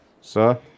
Sir